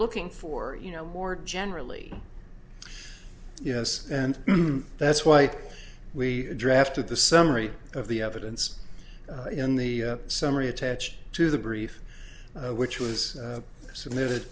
looking for you know more generally yes and that's why we drafted the summary of the evidence in the summary attached to the brief which was submitted